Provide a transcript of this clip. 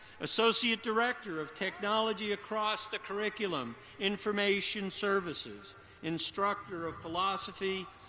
associate director of technology across the curriculum, information services instructor of philosophy,